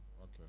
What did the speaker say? Okay